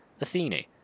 Athene